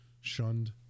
shunned